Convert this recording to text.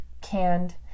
Canned